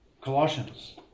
colossians